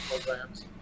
programs